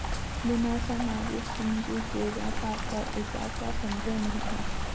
बिना सामाजिक पूंजी के व्यापार का इजाफा संभव नहीं है